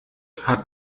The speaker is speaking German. hat